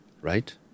Right